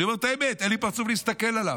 אני אומר את האמת, אין לי פרצוף להסתכל עליו.